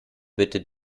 bitten